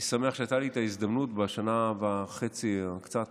אני שמח שהייתה לי ההזדמנות בשנה וחצי או קצת